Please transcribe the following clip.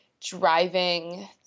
driving